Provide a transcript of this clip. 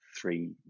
three